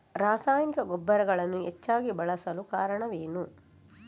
ರಾಸಾಯನಿಕ ಗೊಬ್ಬರಗಳನ್ನು ಹೆಚ್ಚಾಗಿ ಬಳಸಲು ಕಾರಣವೇನು?